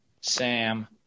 Sam